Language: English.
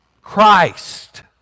Christ